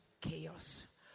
chaos